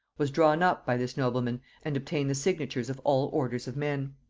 was drawn up by this nobleman and obtained the signatures of all orders of men.